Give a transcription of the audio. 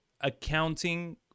accounting